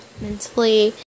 mentally